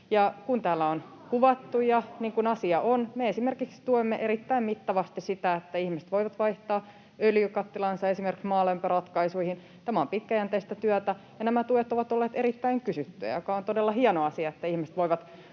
Ja täällä on kuvattu niin kuin asia on. Me esimerkiksi tuemme erittäin mittavasti sitä, että ihmiset voivat vaihtaa öljykattilansa esimerkiksi maalämpöratkaisuihin. Tämä on pitkäjänteistä työtä, ja nämä tuet ovat olleet erittäin kysyttyjä, mikä on todella hieno asia: ihmiset voivat